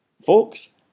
Folks